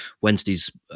Wednesday's